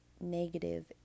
negative